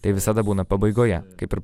tai visada būna pabaigoje kaip ir